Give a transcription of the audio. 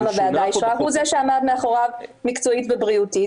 הוא זה שעמד מאחוריו מקצועית ובריאותית.